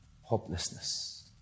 hopelessness